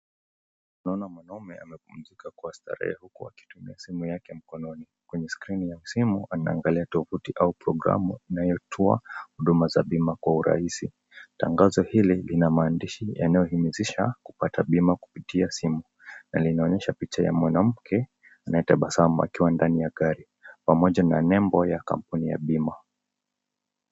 Naona mwanaume amepumzika kwa kistarehe huku akitumia simu yake ya mkononi. Kwenye [screen] ya simu anaangalia tavitu au programu inayo toa huduma za bima kwa urahisi. Tangazo hili lina maandishi yanayohimishisaha kupata bima kupitia simu, na linaonyesha picha ya mwanamke anyetabasamu akiwa nadni ya gari pamoja na lebo ya bima.